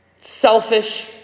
selfish